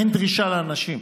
אין דרישה לאנשים.